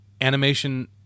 animation